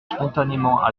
spontanément